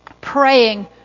praying